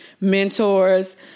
mentors